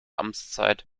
amtszeit